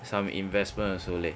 some investments also leh